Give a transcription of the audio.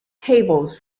tables